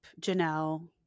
janelle